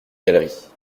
galeries